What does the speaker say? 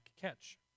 catch